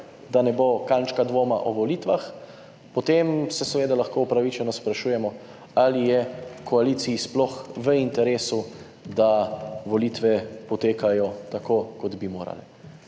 da ne bo kančka dvoma o volitvah, potem se seveda lahko upravičeno sprašujemo, ali je koaliciji sploh v interesu, da volitve potekajo tako, kot bi morale.